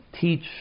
teach